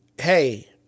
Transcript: hey